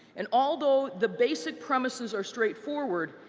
and although the basic premises are straightforward,